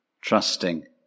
trusting